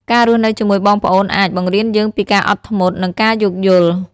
ការរស់នៅជាមួយបងប្អូនអាច បង្រៀនយើងពីការអត់ធ្មត់ និងការយោគយល់។